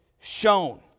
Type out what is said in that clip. shown